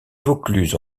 vaucluse